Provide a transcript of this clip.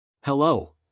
Hello